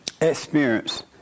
experience